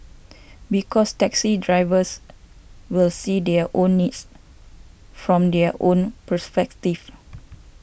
because taxi drivers will see their own needs from their own perspective